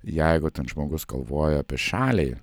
jeigu žmogus galvoja apie šalį